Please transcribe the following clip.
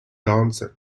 dancer